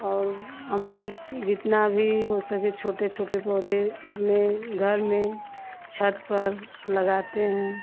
और हम लोग जितना भी हो सके छोटे छोटे पौधे अपने घर में छत पर लगाते हैं